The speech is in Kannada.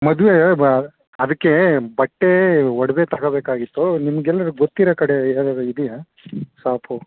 ಮದುವೆ ಬ ಅದಕ್ಕೇ ಬಟ್ಟೆ ಒಡವೆ ತಗೋಬೇಕಾಗಿತ್ತು ನಿಮಗೆಲ್ಲಾರು ಗೊತ್ತಿರೋ ಕಡೆ ಯಾವುದಾರು ಇದೆಯಾ ಶಾಪು